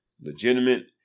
legitimate